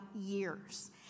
years